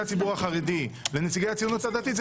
הציבור החרדי לנציגי הציונות הדתית,